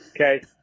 Okay